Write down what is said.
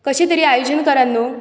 कशे तरी आयोजन करात न्हू